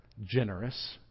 generous